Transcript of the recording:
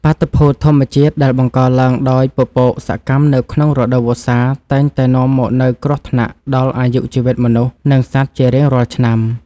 បាតុភូតធម្មជាតិដែលបង្កឡើងដោយពពកសកម្មនៅក្នុងរដូវវស្សាតែងតែនាំមកនូវគ្រោះថ្នាក់ដល់អាយុជីវិតមនុស្ស និងសត្វជារៀងរាល់ឆ្នាំ។